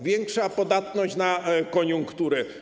Większa podatność na koniunkturę.